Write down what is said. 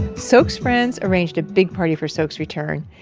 so sok's friends arranged a big party for sok's return.